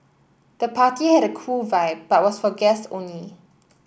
the party had a cool vibe but was for guests only